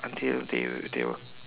until they will they will